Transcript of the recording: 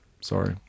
Sorry